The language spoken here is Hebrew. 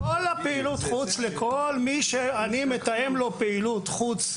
כל פעילות החוץ, לכל מי שאני מתאם לו פעילות חוץ,